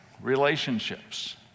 relationships